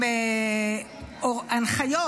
הנחיות,